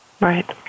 Right